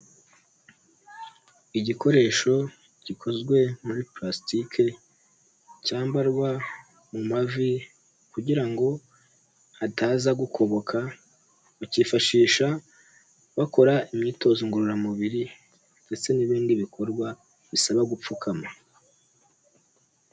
Igikoresho gikozwe muri pulastike cyambarwa mu mavi kugira ngo ataza gukoboka, ukifashisha bakora imyitozo ngororamubiri ndetse n'ibindi bikorwa bisaba gupfukama.